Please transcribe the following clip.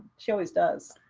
she always does.